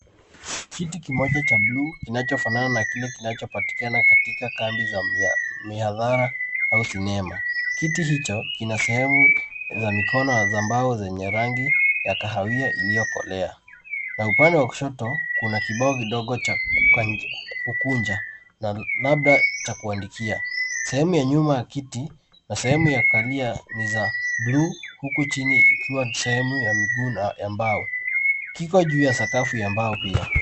Kiti kimoja cha bluu kinachofanana na kile kinachopatikana katika kambi za mihadhara au sinema. Kiti hicho kina sehemu za mikono na za mbao zenye rangi ya kahawia iliyokolea na upande wa kushoto kuna kibao kidogo cha kukunja labda cha kuandikia. Sehemu ya nyuma ya kiti na sehemu ya kukalia ni za bluu huku chini ikiwa ni sehemu ya miguu na ya mbao. Kiko juu ya sakafu ya mbao pia.